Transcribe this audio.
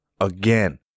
Again